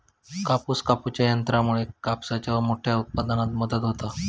कापूस कापूच्या यंत्रामुळे कापसाच्या मोठ्या उत्पादनात मदत होता